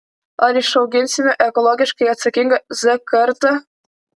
ar išauginsime ekologiškai atsakingą z kartą